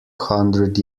hundred